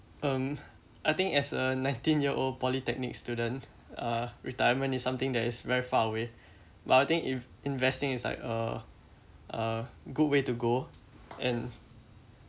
um I think as a nineteen year old polytechnic student uh retirement is something that is very far away but I think if investing is like uh uh good way to go and